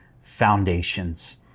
Foundations